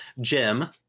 Jim